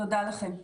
תודה לכם.